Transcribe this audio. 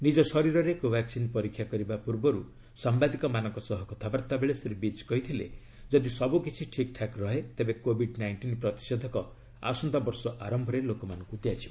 ନିଜ ଶରୀରରେ କୋଭାକ୍ସିନ୍ ପରୀକ୍ଷା କରିବା ପୂର୍ବରୁ ସାମ୍ବାଦିକମାନଙ୍କ ସହ କଥାବାର୍ତ୍ତା ବେଳେ ଶ୍ରୀ ବିଜ୍ କହିଥିଲେ ଯଦି ସବୁ କିଛି ଠିକ୍ଠାକ୍ ରହେ ତେବେ କୋଭିଡ୍ ନାଇଷ୍ଟିନ୍ ପ୍ରତିଷେଧକ ଆସନ୍ତା ବର୍ଷ ଆରମ୍ଭରେ ଲୋକମାନଙ୍କୁ ଦିଆଯିବ